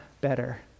better